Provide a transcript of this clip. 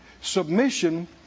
Submission